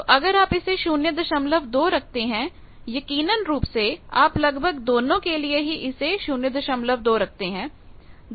तो अगर आप इसे 02 रखते हैं यकीनन रूप से आप लगभग दोनों के लिए ही इसे 02 रखते हैं